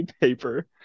Paper